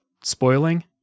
spoiling